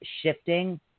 shifting